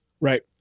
Right